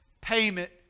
payment